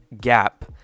GAP